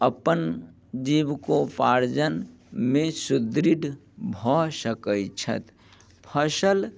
अपन जीवकोपार्जनमे सुदृढ़ भऽ सकैत छथि फसल